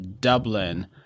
Dublin